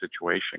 situation